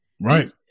Right